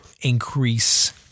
increase